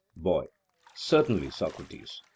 boy certainly, socrates.